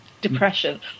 depression